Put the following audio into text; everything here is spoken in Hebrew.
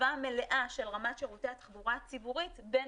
של רמת שירותי התחבורה הציבורית בין